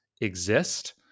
exist